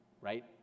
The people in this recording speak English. right